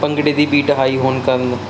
ਭੰਗੜੇ ਦੀ beat high ਹੋਣ ਕਾਰਨ